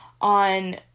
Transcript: on